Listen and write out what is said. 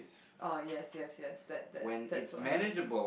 oh yes yes yes that that's that's what annoys me